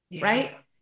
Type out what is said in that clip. Right